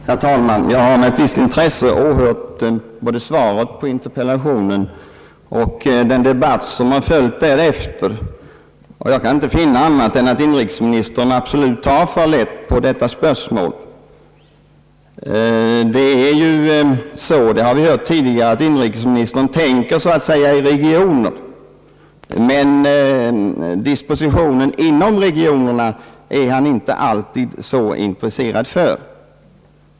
Herr talman! Jag har med ett visst intresse åhört både svaret på interpellationen och den debatt som följt därefter, och jag kan inte finna annat än att inrikesministern absolut tar för lätt på detta spörsmål. Det är ju så — det har vi hört tidigare — att inrikesministern tänker så att säga i regioner. Men dispositioner inom regionerna är han inte alltid så intresserad för.